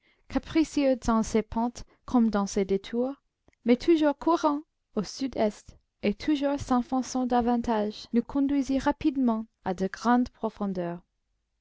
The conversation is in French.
pentes comme dans ses détours mais toujours courant au sud-est et toujours s'enfonçant davantage nous conduisit rapidement à de grandes profondeurs